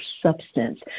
substance